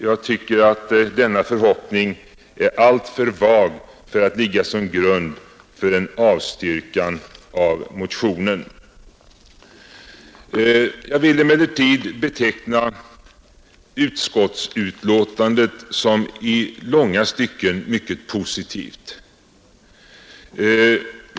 Jag tycker att denna förhoppning är alltför vag för att ligga som grund för en avstyrkan av motionen. Jag vill emellertid beteckna utskottsbetänkandet som i långa stycken mycket positivt.